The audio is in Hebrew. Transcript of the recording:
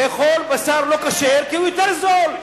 לאכול בשר לא כשר כי הוא יותר זול.